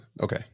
Okay